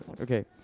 okay